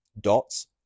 dots